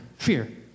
Fear